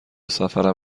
سفرم